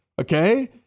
Okay